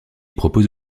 propose